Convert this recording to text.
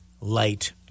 light